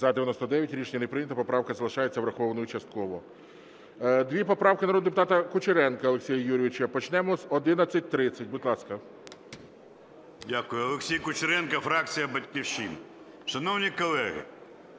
За-99 Рішення не прийнято. Поправка залишається врахованою частково. Дві поправки народного депутата Кучеренка Олексія Юрійовича. Почнемо з 1130. Будь ласка. 13:12:52 КУЧЕРЕНКО О.Ю. Дякую. Олексій Кучеренко, фракція "Батьківщина". Шановні колеги,